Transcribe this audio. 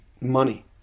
money